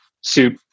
soup